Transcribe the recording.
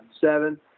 Seven